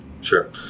Sure